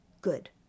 good